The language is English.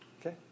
Okay